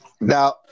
Now